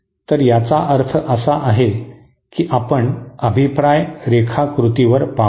तर याचा अर्थ असा आहे की आपण अभिप्राय रेखाकृतीवर पाहू